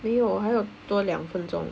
没有还要多两分钟